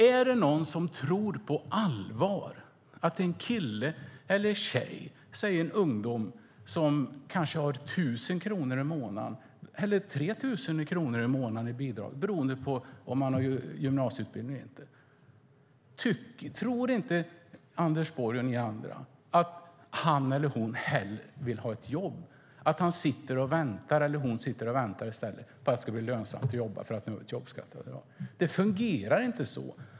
Är det någon, Anders Borg och ni andra, som på allvar tror att en ung kille eller tjej som kanske har 1 000 eller 3 000 kronor i månaden i bidrag, beroende på om man har gymnasieutbildning eller inte, inte hellre vill ha ett jobb än att sitta och vänta på att det ska bli lönsamt att jobba därför att vi nu har ett jobbskatteavdrag. Det fungerar inte så.